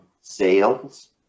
sales